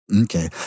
Okay